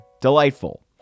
Delightful